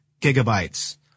gigabytes